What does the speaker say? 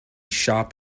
shop